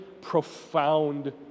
profound